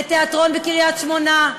לתיאטרון בקריית-שמונה,